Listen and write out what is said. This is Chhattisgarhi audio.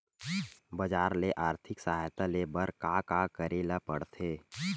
बजार ले आर्थिक सहायता ले बर का का करे ल पड़थे?